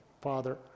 father